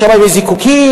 בשמים יש זיקוקים,